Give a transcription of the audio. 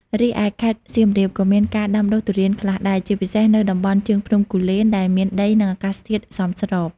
រីឯខេត្តសៀមរាប ក៏មានការដាំដុះទុរេនខ្លះដែរ ជាពិសេសនៅតំបន់ជើងភ្នំគូលែន ដែលមានដី និងអាកាសធាតុសមស្រប។